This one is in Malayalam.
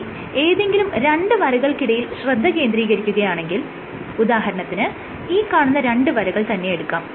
ഇനി ഏതെങ്കിലും രണ്ട് വരകൾക്കിടയിൽ ശ്രദ്ധ കേന്ദ്രീകരിക്കുകയാണെങ്കിൽ ഉദാഹരണത്തിന് ഈ കാണുന്ന രണ്ട് വരകൾ തന്നെയെടുക്കാം